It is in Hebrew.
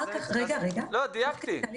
בסדר, אז לא טעיתי, דייקתי.